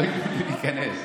לא ייתנו לי להיכנס.